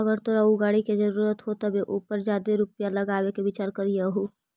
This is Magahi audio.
अगर तोरा ऊ गाड़ी के जरूरत हो तबे उ पर जादे रुपईया लगाबे के विचार करीयहूं